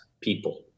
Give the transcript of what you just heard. people